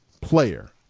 player